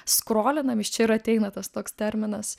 skrolinam iš čia ir ateina tas toks terminas